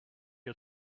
had